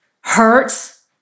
Hurts